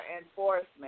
enforcement